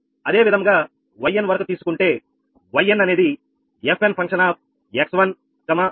అదేవిధంగా yn వరకు తీసుకుంటే yn అనేది fn ఫంక్షన్ ఆఫ్ x1x2